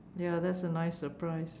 ya that's a nice surprise